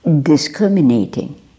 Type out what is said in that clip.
discriminating